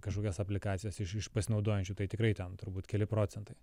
kažkokias aplikacijas iš iš pasinaudojančių tai tikrai ten turbūt keli procentai